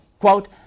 quote